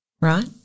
Right